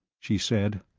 she said.